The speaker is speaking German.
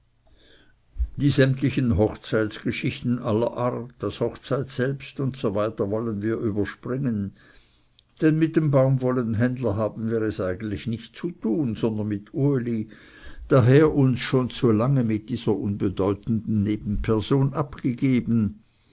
die sämtlichen hochzeitgeschichten aller art das hochzeit selbst usw wollen wir überspringen denn mit dem baumwollenhändler haben wir es eigentlich nicht zu tun sondern mit uli daher uns schon zu lange mit dieser unbedeutenden nebenperson abgegeben